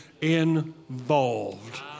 involved